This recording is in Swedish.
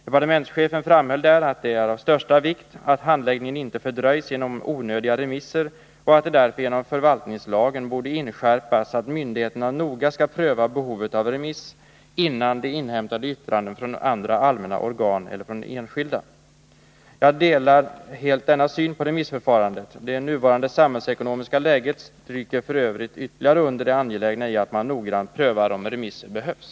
Departementschefen framhöll där att det är av största vikt att handläggningen inte fördröjs genom onödiga remisser och att det därför genom förvaltningslagen borde inskärpas att myndigheterna noga skall pröva behovet av remiss innan de inhämtar yttranden från andra allmänna organ eller från enskilda. Jag delar helt denna syn på remissförfarandet. Det nuvarande samhällsekonomiska läget stryker f. ö. ytterligare under det angelägna i att man noggrant prövar om remiss behövs.